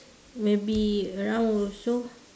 will be around also